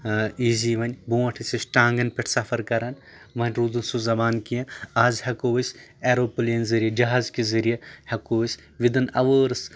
easy وۄنۍ برونٛٹھ ٲسۍ أسۍ ٹانٛگَن پٮ۪ٹھ سَفر کَران وۄنۍ روٗد نہٕ سُہ زَمان کینٛہہ آز ہٮ۪کو أسۍ ایروپٔلین ذٔریعہٕ جہازکہ ذٔریہِ ہٮ۪کو أسۍ وِدٕن اَوٲرٕس